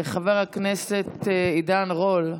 חבר הכנסת עידן רול,